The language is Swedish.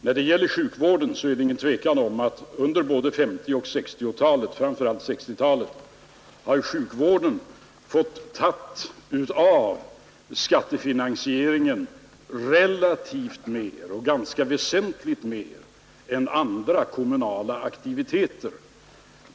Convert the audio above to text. När det gäller sjukvården är det inget tvivel om att den under 1950 och framför allt under 1960-talet har fått en relativt större andel av skattefinansieringen, t.o.m. en ganska väsentligt högre andel än andra kommunala aktiviteter.